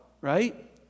right